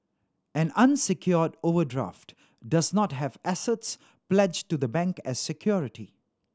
an unsecured overdraft does not have assets pledged to the bank as security